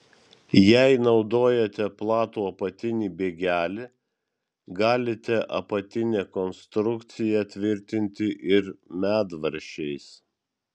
jei naudojate platų apatinį bėgelį galite apatinę konstrukciją tvirtinti ir medvaržčiais